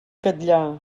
catllar